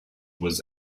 was